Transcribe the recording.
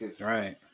Right